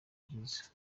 byiza